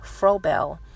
Frobel